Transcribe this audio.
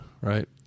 right